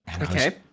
Okay